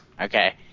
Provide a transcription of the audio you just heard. Okay